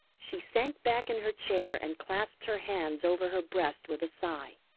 she sank back in her chair and clasped her hands over her breast with a sigh.